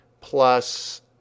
Plus